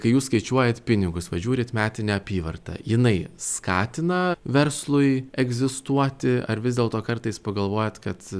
kai jūs skaičiuojat pinigus vat žiūrit metinę apyvartą jinai skatina verslui egzistuoti ar vis dėlto kartais pagalvojat kad